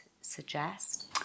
suggest